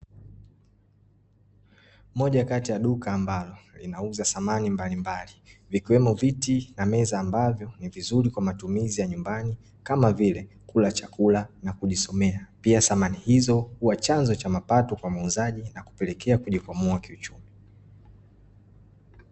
Moja kati ya duka ambalo linauza samani mbalimbali, vikiwemo viti na meza ambavyo ni vizuri kwa matumizi ya nyumbani ,kama vile: kula chakula na kujisomea. Pia samani hizo huwa chanzo cha mapato kwa muuzaji, na kupelekea kujikwamua kiuchumi.